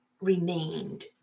remained